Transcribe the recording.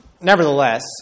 Nevertheless